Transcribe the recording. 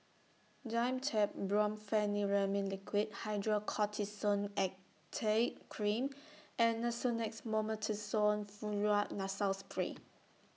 Dimetapp Brompheniramine Liquid Hydrocortisone Acetate Cream and Nasonex Mometasone Furoate Nasal Spray